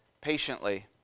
patiently